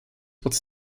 would